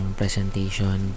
presentation